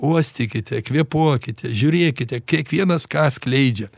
uostykite kvėpuokite žiūrėkite kiekvienas ką skleidžia